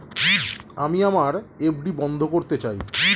আমি আমার এফ.ডি বন্ধ করতে চাই